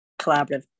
collaborative